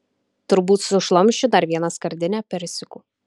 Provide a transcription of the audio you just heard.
turbūt sušlamšiu dar vieną skardinę persikų